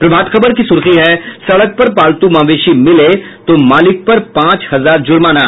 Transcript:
प्रभात खबर की सुर्खी है सड़क पर पालतू मवेशी मिले तो मालिक पर पांच हजार जुर्माना